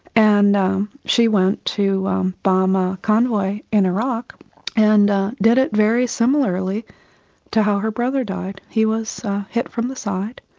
and um she went to bomb a convoy in iraq and did it very similarly to how her brother died. he was hit from the side,